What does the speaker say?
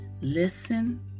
listen